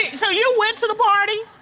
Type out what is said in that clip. and so you went to the party?